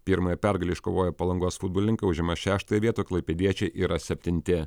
pirmąją pergalę iškovoję palangos futbolininkai užima šeštąją vietą klaipėdiečiai yra septinti